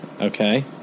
Okay